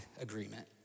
agreement